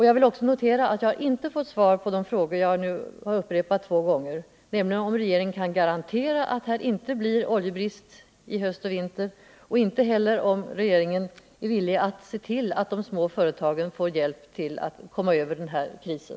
Jag vill också notera att jag inte fått svar på de frågor jag nu har upprepat två gånger: Kan regeringen garantera att det inte blir oljebrist i höst och i vinter? Är regeringen villig att se till att de små företagen får hjälp att komma över krisen?